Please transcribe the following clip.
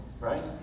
right